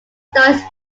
stories